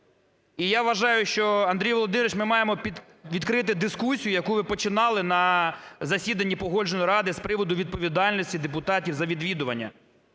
І я вважаю, що, Андрій Володимирович, ми маємо відкрити дискусію, яку ви починали на засіданні Погоджувальної ради з приводу відповідальності депутатів за відвідування.